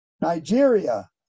Nigeria